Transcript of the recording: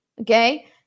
Okay